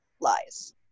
lies